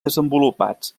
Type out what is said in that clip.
desenvolupats